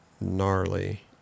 gnarly